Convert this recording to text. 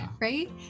right